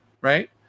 Right